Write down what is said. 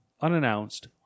unannounced